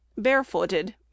barefooted